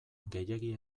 gehiegi